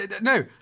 No